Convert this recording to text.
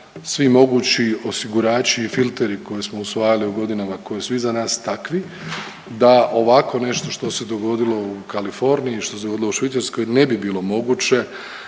svi mogući osigurači i filteri koje smo usvajali u godinama koje su iza nas takvi da ovako nešto što se dogodilo u Kaliforniji i što se dogodilo u Švicarskoj ne bi bilo moguće